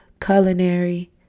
culinary